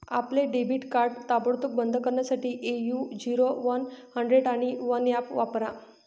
आपले debit card ताबडतोब बंद करण्यासाठी ए.यू झिरो वन हंड्रेड आणि वन ऍप वापरा